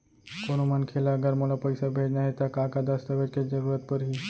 कोनो मनखे ला अगर मोला पइसा भेजना हे ता का का दस्तावेज के जरूरत परही??